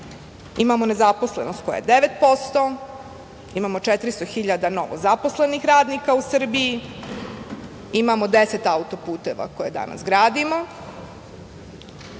imamo nezaposlenost koja je 9%, imamo 400.000 novozaposlenih radnika u Srbiji, imamo 10 autoputeva koje danas gradimo,